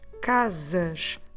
Casas